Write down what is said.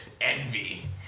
envy